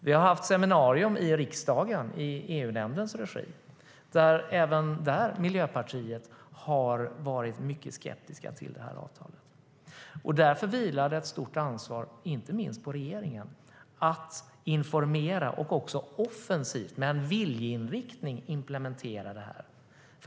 Vi har haft ett seminarium i riksdagen i EU-nämndens regi, och även där var Miljöpartiet mycket skeptiskt till avtalet. Därför vilar det ett stort ansvar på inte minst regeringen att informera och att offensivt, med en viljeinriktning, implementera detta.